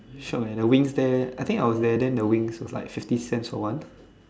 shiok eh the wings there I think I was there then the wings was like sixty cents for one